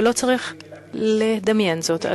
ולא צריך לדמיין זאת,